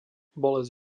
bolesť